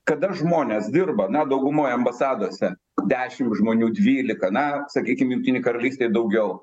kada žmonės dirba na daugumoj ambasadose dešim žmonių dvylika na sakykim jungtinėj karalystėj daugiau